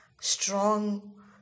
strong